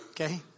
okay